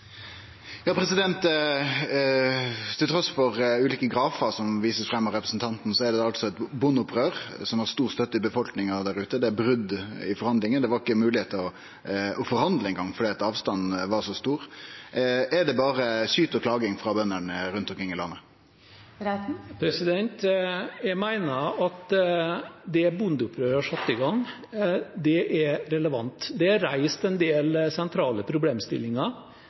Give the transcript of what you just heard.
er det altså eit bondeopprør som har stor støtte i befolkninga der ute. Det er brot i forhandlingane, det var ikkje eingong mogleg å forhandle fordi avstanden var så stor. Er det berre syting og klaging frå bøndene rundt omkring i landet? Jeg mener at det bondeopprøret satte i gang, er relevant, det er reist en del sentrale problemstillinger,